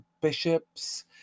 bishops